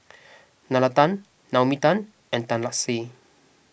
Nalla Tan Naomi Tan and Tan Lark Sye